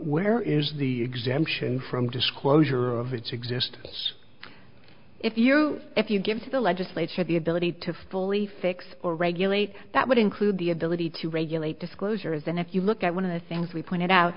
where is the exemption from disclosure of it's existence if you if you give the legislature the ability to fully fix or regulate that would include the ability to regulate disclosures and if you look at one of the things we pointed out